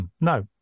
no